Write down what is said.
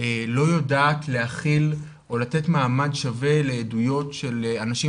לא יודעת להכיל או לתת מעמד שווה לעדויות של אנשים